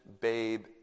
babe